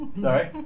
Sorry